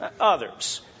others